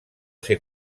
ser